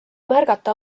märgata